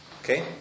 Okay